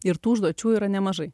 ir tų užduočių yra nemažai